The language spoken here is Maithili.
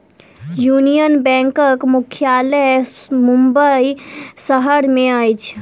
यूनियन बैंकक मुख्यालय मुंबई शहर में अछि